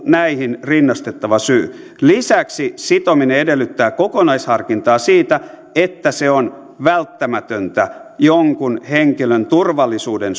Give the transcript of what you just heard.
näihin rinnastettava syy lisäksi sitominen edellyttää kokonaisharkintaa siitä että se on välttämätöntä jonkun henkilön turvallisuuden